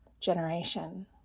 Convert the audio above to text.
Generation